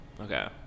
Okay